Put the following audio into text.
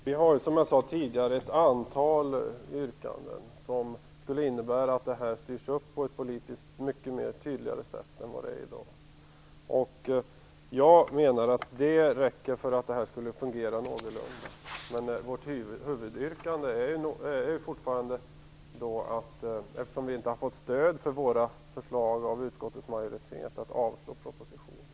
Fru talman! Som jag sade tidigare har vi ett antal yrkanden som innebär att det här skulle kunna styras på ett politiskt mer tydligt sätt än i dag. Det räcker för att det skulle fungera någorlunda bra. Eftersom vi inte fått stöd för våra förslag är vårt huvudyrkande fortfarande avslag på propositionen.